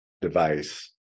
device